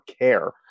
care